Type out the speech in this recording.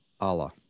allah